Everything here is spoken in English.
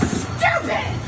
stupid